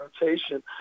rotation